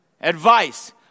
Advice